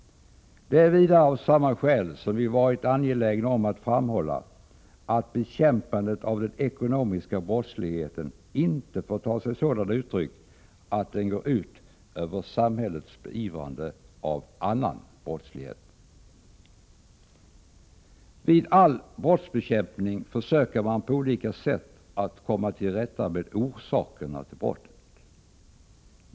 Det är vidare av samma skäl som vi har varit angelägna om att framhålla att bekämpandet av den ekonomiska brottsligheten inte får ta sig sådana uttryck att den går ut över samhällets beivrande av annan brottslighet. Vid all brottsbekämpning försöker man på olika sätt att komma till rätta med orsakerna till brottet.